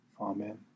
Amen